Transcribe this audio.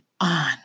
on